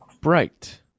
bright